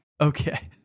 Okay